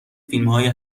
فیلمهای